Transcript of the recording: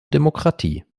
demokratie